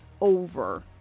over